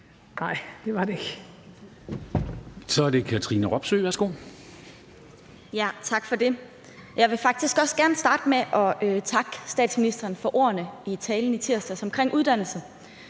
Robsøe. Værsgo. Kl. 22:58 Katrine Robsøe (RV): Tak for det. Jeg vil faktisk også gerne starte med at takke statsministeren for ordene i talen i tirsdags om uddannelse,